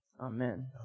Amen